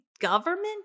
government